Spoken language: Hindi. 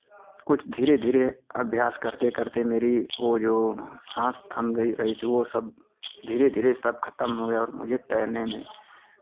कुछ धीरे धीरे अभ्यास करते करते मेरी वो जो सांस थम गई रही थी वो सब धीरे धीरे सब खतम हो गया और मुझे तैरने में